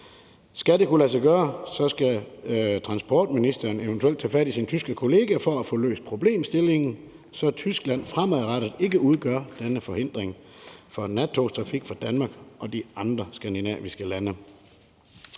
Skal det kunne lade sig gøre, skal transportministeren eventuelt tage fat i sin tyske kollega for at få løst problemet, så Tyskland fremadrettet ikke udgør denne forhindring for nattogstrafik fra Danmark og de andre skandinaviske lande.